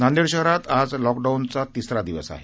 नांदेड शहरात आज लॉकडाऊनचा तिसरा दिवस आहे